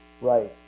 right